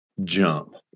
jump